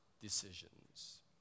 decisions